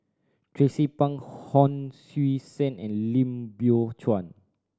Tracie Pang Hon Sui Sen and Lim Biow Chuan